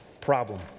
problem